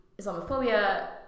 Islamophobia